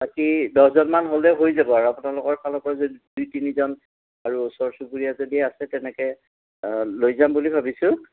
বাকী দহজনমান হ'লে হৈ যাব আৰু আপোনালোকৰ ফালৰপৰা যদি দুই তিনিজন আৰু ওচৰ চুবুৰীয়া যদি আছে তেনেকৈ লৈ যাম বুলি ভাবিছোঁ